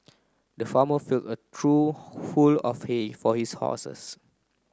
the farmer filled a trough full of hay for his horses